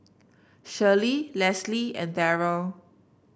Shelley Lesley and Darrell